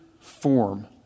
form